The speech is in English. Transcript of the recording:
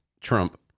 Trump